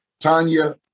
Tanya